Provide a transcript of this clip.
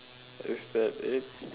is that it